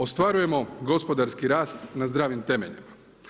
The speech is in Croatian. Ostvarujemo gospodarski rast na zdravim temeljima.